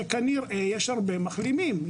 שכנראה יש הרבה מחלימים.